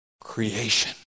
creation